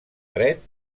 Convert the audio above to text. dret